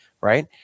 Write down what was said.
right